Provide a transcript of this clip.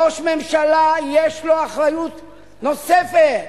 ראש ממשלה יש לו אחריות נוספת,